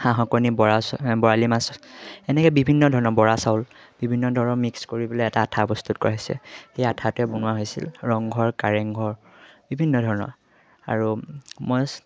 হাঁহৰ কণী বৰা বৰালি মাছ এনেকৈ বিভিন্ন ধৰণৰ বৰা চাউল বিভিন্ন ধৰণৰ মিক্স কৰি পেলাই এটা আঠা প্ৰস্তুত কৰা হৈছে সেই আঠাটোৱে বনোৱা হৈছিল ৰংঘৰ কাৰেংঘৰ বিভিন্ন ধৰণৰ আৰু মই তাত